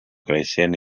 creixent